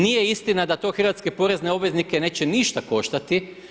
Nije istina da to hrvatske porezne obveznike neće ništa koštati.